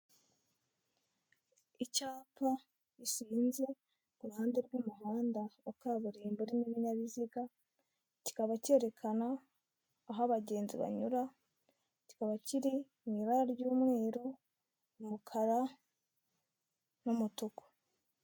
Icyapa gishinze ku ruhande rw'umuhanda wa kaburimbo n'ibinyabiziga kikaba cyerekana aho abagenzi banyura kikaba kiri mu ibara ry'umweru umukara n'umutuku.